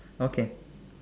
okay